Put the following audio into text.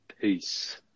Peace